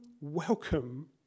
welcome